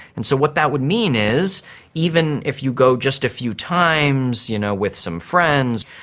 and so what that would mean is even if you go just a few times you know with some friends,